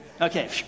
Okay